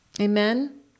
Amen